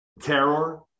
terror